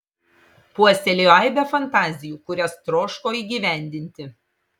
puoselėjo aibę fantazijų kurias troško įgyvendinti